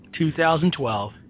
2012